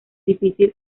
difícil